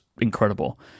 incredible